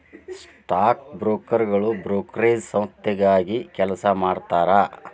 stock ಬ್ರೋಕರ್ಗಳು brokerage ಸಂಸ್ಥೆಗಾಗಿ ಕೆಲಸ ಮಾಡತಾರಾ